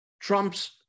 trumps